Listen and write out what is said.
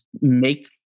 make